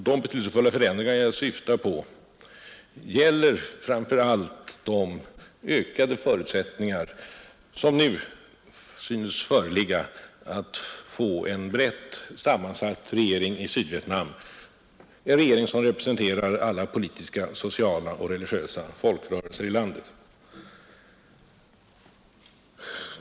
De betydelsefulla förändringar som jag syftar på gäller framför allt de ökade förutsättningar som nu synes föreligga att få till stånd en brett sammansatt regering i Sydvietnam, en regering som representerar alla politiska, sociala och religiösa folkrörelser i landet.